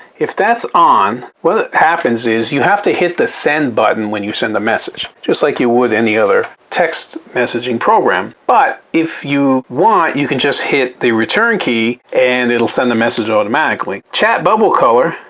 if that's on what happens is you have to hit the send button when you send a message just like you would any other text messaging program, but if you want you can just hit the return key and it'll send the message automatically. chat bubble color.